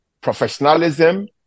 professionalism